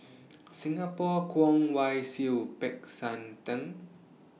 Singapore Kwong Wai Siew Peck San Theng